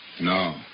No